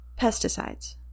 Pesticides